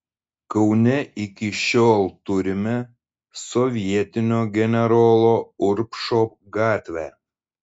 kaune iki šiol turime sovietinio generolo urbšo gatvę